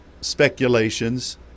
speculations